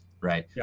right